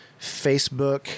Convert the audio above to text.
Facebook